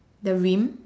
the rim